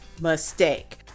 mistake